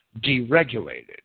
deregulated